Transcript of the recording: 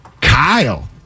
kyle